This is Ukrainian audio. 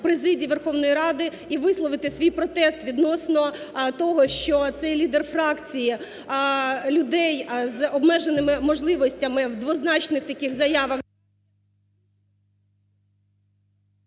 президії Верховної Ради і висловити свій протест відносно того, що цей лідер фракції людей з обмеженими можливостями в двозначних таких заявах…